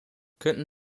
könnten